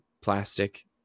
plastic